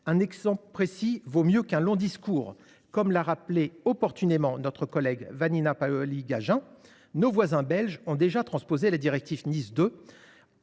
Un exemple précis vaut mieux qu’un long discours : comme l’a rappelé opportunément notre collègue Vanina Paoli Gagin, nos voisins belges ont déjà transposé la directive NIS 2.